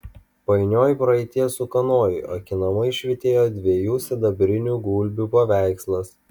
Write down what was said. painioj praeities ūkanoj akinamai švytėjo dviejų sidabrinių gulbių paveikslas